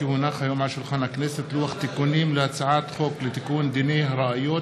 כי הונח היום על שולחן הכנסת לוח תיקונים להצעת חוק לתיקון דיני הראיות